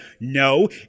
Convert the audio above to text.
No